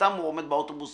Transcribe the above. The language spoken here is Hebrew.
סתם הוא עומד באוטובוס